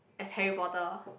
as Harry Potter